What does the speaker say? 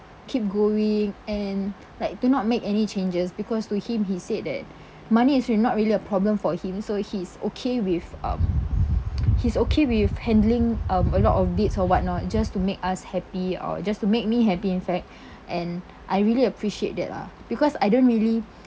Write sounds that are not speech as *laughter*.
keep going and like to not make any changes because to him he said that money is not really a problem for him so he's okay with um *noise* he's okay with handling um a lot of dates or whatnot just to make us happy or just to make me happy in fact and I really appreciate that lah because I don't really